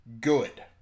good